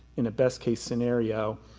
in a best case scenario,